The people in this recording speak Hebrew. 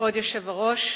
כבוד היושב-ראש,